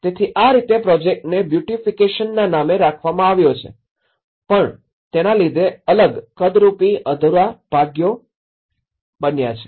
તેથી આ રીતે પ્રોજેક્ટને બ્યુટિફિકેશનના નામે રાખવામાં આવ્યો છે પણ તેના લીધે અલગ કદરૂપી અધૂરા ભાગો બન્યા છે